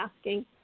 asking